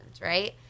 right